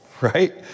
right